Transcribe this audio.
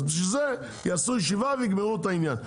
אז בשביל זה יעשו ישיבה ויגמרו את העניין.